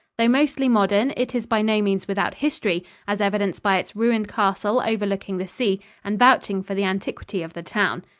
though mostly modern, it is by no means without history, as evidenced by its ruined castle overlooking the sea and vouching for the antiquity of the town.